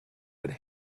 had